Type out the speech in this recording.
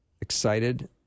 excited